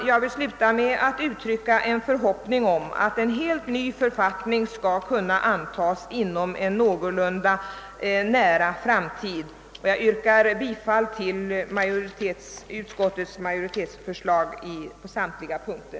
Jag vill avslutningsvis uttrycka en förhoppning om att en helt ny författning skall kunna antas inom en någorlunda nära framtid. Jag yrkar bifall till utskottets hemställan på samtliga punkter